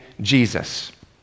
Jesus